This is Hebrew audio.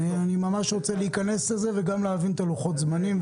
אני ממש רוצה להיכנס לזה וגם להבין את לוחות הזמנים.